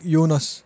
Jonas